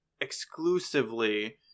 exclusively